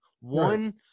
One